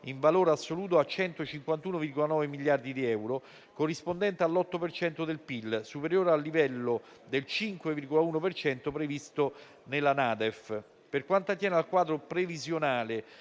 in valore assoluto, a 151,9 miliardi di euro, corrispondente all'8 per cento del PIL, superiore al livello del 5,1 per cento previsto nella NADEF. Per quanto attiene al quadro previsionale